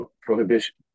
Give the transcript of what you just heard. prohibition